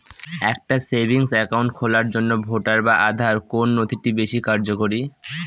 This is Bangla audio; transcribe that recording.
একটা সেভিংস অ্যাকাউন্ট খোলার জন্য ভোটার বা আধার কোন নথিটি বেশী কার্যকরী?